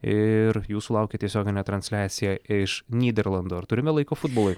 ir jūsų laukia tiesioginė transliacija iš nyderlandų ar turime laiko futbolui